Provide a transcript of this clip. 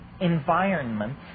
environments